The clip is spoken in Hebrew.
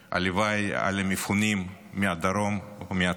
הלוואי על המפונים מהדרום ומהצפון.